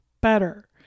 better